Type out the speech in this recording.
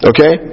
Okay